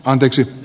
anteeksi